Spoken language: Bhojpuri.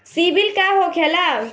सीबील का होखेला?